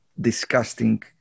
disgusting